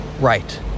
right